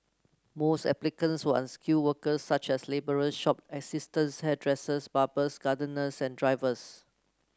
most applicants were unskilled workers such as labourers shop assistants hairdressers barbers gardeners and drivers